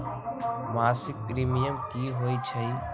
मासिक प्रीमियम की होई छई?